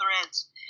threads